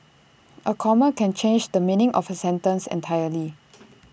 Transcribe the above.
A comma can change the meaning of A sentence entirely